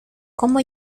cómo